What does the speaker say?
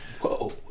Whoa